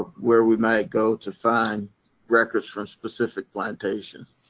where we might go to find records from specific plantations?